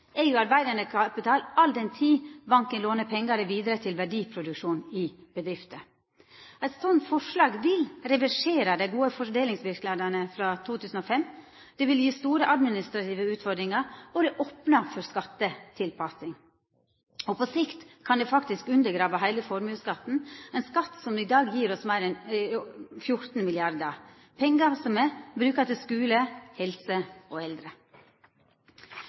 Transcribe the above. arbeidande kapital all den tid banken låner pengane vidare til verdiproduksjon i bedrifter. Eit sånt forslag vil reversera dei gode fordelingsverknadene frå 2005, det vil gje store administrative utfordringar, og det opnar for skattetilpassing. På sikt kan det faktisk undergrava heile formuesskatten, ein skatt som i dag gjev oss meir enn 14 mrd. kr, pengar som me bruker til skule, helse og eldre.